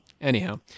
anyhow